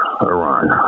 Iran